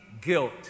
Guilt